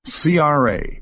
CRA